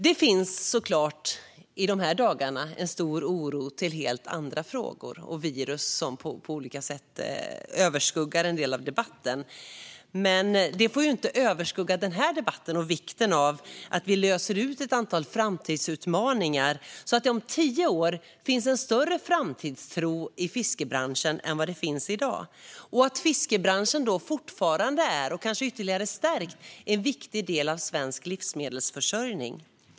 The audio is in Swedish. Det finns såklart i dessa dagar en stor oro över helt andra frågor och virus som på olika sätt överskuggar en del av debatten. Men det får inte överskugga den här debatten och vikten av att lösa ett antal framtidsutmaningar så att det om tio år finns en större framtidstro i fiskebranschen än vad det finns i dag och att branschen då fortfarande är, kanske ytterligare stärkt, en viktig del av svensk livsmedelsförsörjning.